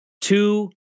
Two